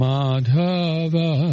Madhava